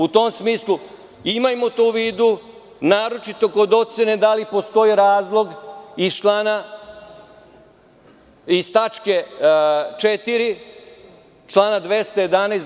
U tom smislu, imajmo to u vidu, naročito kod procene da li postoj razlog iz tačke 4. člana 211.